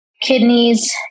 kidneys